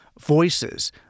voices